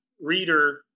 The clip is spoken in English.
reader